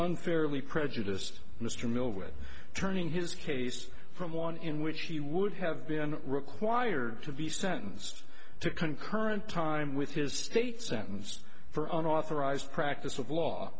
unfairly prejudiced mr miller with turning his case from one in which he would have been required to be sentenced to concurrent time with his state sentence for unauthorized practice of law